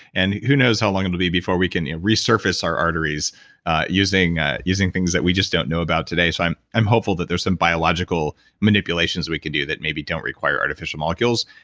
and who knows how long it'll be before we can resurface our arteries using ah using things that we just don't know about today. so i'm i'm hopeful that there's some biological manipulations we could do that maybe don't require artificial molecules.